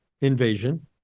invasion